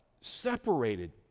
separated